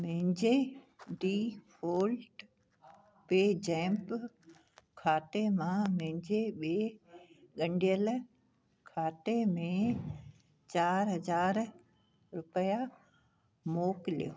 मुंहिंजे default PayZapp खाते मां मुंहिंजे ॿिए ॻंढियल खाते में चारि हज़ार रुपया मोकिलियो